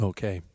Okay